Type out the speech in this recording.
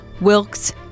Wilkes